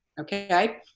okay